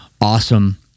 awesome